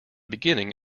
beginning